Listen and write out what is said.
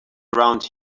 around